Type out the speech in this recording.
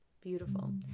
beautiful